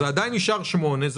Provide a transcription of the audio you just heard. אני חושב שזה נכון.